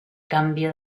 canvia